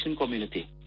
community